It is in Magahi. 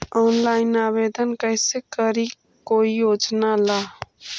ऑनलाइन आवेदन कैसे करी कोई योजना ला?